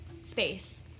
space